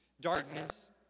Darkness